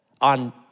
on